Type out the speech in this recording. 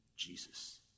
Jesus